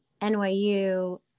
NYU